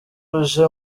uje